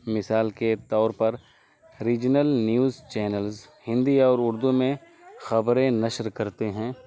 مثال کے طور پر ریجنل نیوز چینلز ہندی اور اردو میں خبریں نشر کرتے ہیں